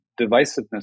divisiveness